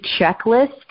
checklist